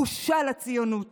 בושה לציונות